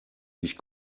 ich